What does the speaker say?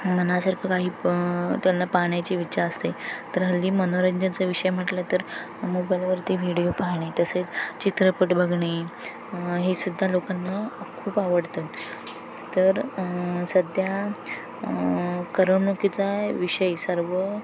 मनासारखं काही त्यांना पाहण्याची विच्छा असते तर हल्ली मनोरंजनाचा विषय म्हटलं तर मोबाईलवरती व्हिडिओ पाहणे तसेच चित्रपट बघणे हे सुद्धा लोकांना खूप आवडतं तर सध्या करमणुकीचा विषय सर्व